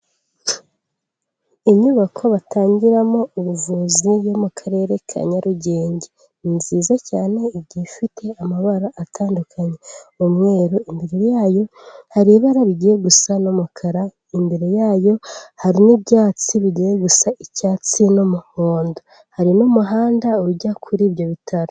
Inyubako batangiramo ubuvuzi yo mu karere ka Nyarugenge. Ni nziza cyane igiye ifite amabara atandukanye umweru, imbere yayo hari ibara rigiye gusa n'umukara, imbere yayo hari n'ibyatsi bigiye gusa icyatsi n'umuhondo. Hari n'umuhanda ujya kuri ibyo bitaro.